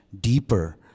deeper